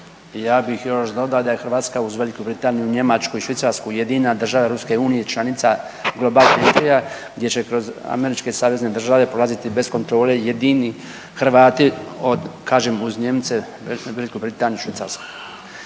Ja bih još dodao da je Hrvatska uz VB, Njemačku i Švicarsku jedina država EU članica .../Govornik se ne čuje./... gdje će kroz američke savezne države prolaziti bez kontrole jedini Hrvati od kažem uz Nijemce, Veliku Britaniju i Švicarsku.